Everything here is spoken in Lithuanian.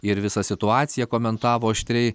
ir visą situaciją komentavo aštriai